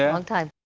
long time.